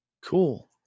Cool